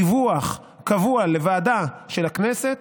דיווח קבוע לוועדה של הכנסת,